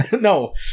No